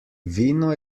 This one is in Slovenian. vino